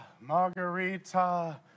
Margarita